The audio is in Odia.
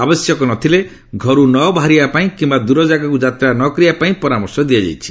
ଆବଶ୍ୟକ ନ ଥିଲେ ଘରୁ ନ ବାହାରିବା ପାଇଁ କିୟା ଦୂର ଜାଗାକୁ ଯାତ୍ରା ନ କରିବା ପାଇଁ ପରାମର୍ଶ ଦିଆଯାଇଛି